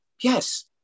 Yes